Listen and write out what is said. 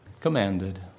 commanded